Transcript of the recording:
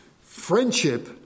Friendship